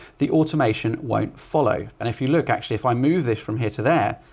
the automation won't follow. and if you look actually, if i move this from here to there,